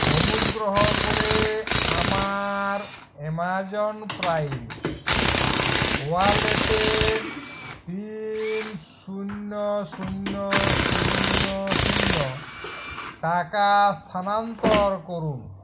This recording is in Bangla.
অনুগ্রহ করে আমার অ্যাম্যাজন প্রাইম ওয়ালেটে তিন শূন্য শূন্য শূন্য শূন্য টাকা স্থানান্তর করুন